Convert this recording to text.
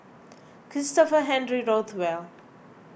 Christopher Henry Rothwell